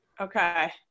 Okay